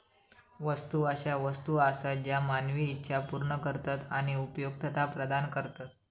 वस्तू अशा वस्तू आसत ज्या मानवी इच्छा पूर्ण करतत आणि उपयुक्तता प्रदान करतत